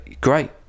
great